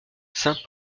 saint